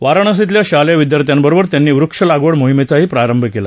वाराणसीतल्या शालेय विद्यार्थ्यांबरोबर त्यांनी वृक्षलागवड मोहिमेचाही प्रारंभ केला